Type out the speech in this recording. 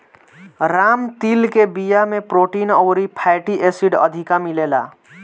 राम तिल के बिया में प्रोटीन अउरी फैटी एसिड अधिका मिलेला